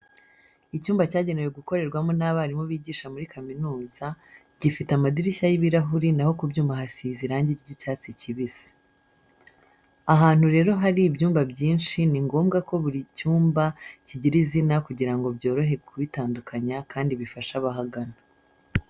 Icyumba cyagenewe gukorerwamo n'abarimu bigisha muri kaminuza, gifite amadirishya y'ibirahure na ho ku byuma hasize irangi ry'icyatsi kibisi. Ahantu rero hari ibyumba byinshi ni ngombwa ko buri cyumba kigira izina kugira ngo byorohe kubitandukanya kandi bifashe abahagana.